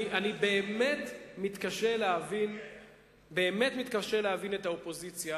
אני באמת מתקשה להבין את האופוזיציה,